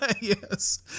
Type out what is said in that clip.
Yes